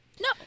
No